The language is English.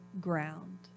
ground